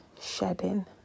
shedding